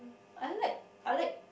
I like I like